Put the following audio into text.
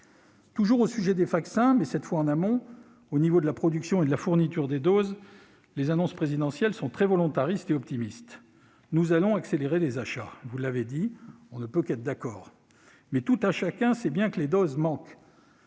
Toujours au sujet des vaccins, mais cette fois en amont, au niveau de la production et de la fourniture des doses, les annonces présidentielles sont très volontaristes et optimistes. Vous avez dit que nous allions accélérer les achats. On ne peut qu'être d'accord, mais tout un chacun sait bien que les doses manquent.